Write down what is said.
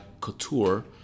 Couture